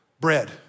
bread